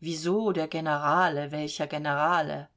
wieso der generale welcher generale